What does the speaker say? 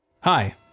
Hi